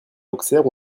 auxerre